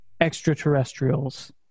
extraterrestrials